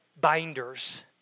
binders